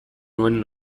nuen